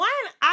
one